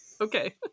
Okay